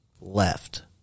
left